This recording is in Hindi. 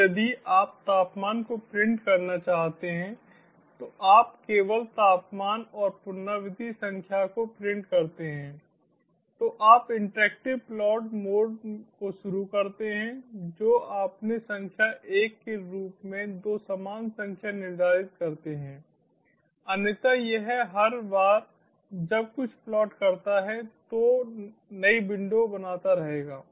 अब यदि आप तापमान को प्रिंट करना चाहते हैं तो आप केवल तापमान और पुनरावृत्ति संख्या को प्रिंट करते हैं तो आप इंटरेक्टिव प्लॉट मोड को शुरू करते हैं जो आपने संख्या 1 के रूप में दो समान संख्या निर्धारित करते हैं अन्यथा यह हर बार जब कुछ प्लॉट करता है तो नई विंडो बनाता रहेगा